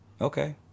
Okay